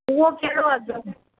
उहो कहिड़ो अघु आहिनि